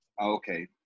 Okay